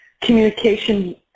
communication